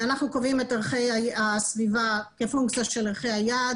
אנחנו קובעים את ערכי הסביבה כפונקציה של ערכי היעד,